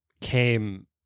came